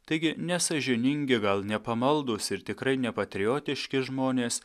taigi nesąžiningi gal nepamaldūs ir tikrai nepatriotiški žmonės